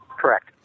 Correct